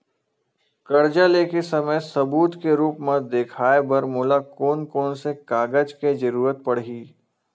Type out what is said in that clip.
कर्जा ले के समय सबूत के रूप मा देखाय बर मोला कोन कोन से कागज के जरुरत पड़ही?